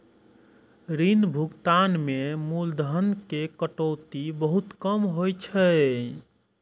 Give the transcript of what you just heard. ऋण भुगतान मे मूलधन के कटौती बहुत कम होइ छै